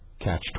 Catch